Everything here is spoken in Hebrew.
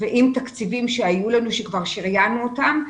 עם תקציבים שכבר שריינו אותם.